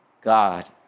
God